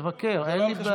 תבקר, אין לי בעיה.